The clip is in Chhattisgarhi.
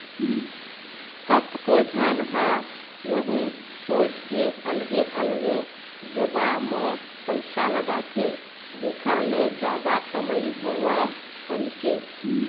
कतको झन ह यहूँ सोच के अलगे अलगे जगा म पइसा लगाथे जेखर ले जादा कमई होवय कहिके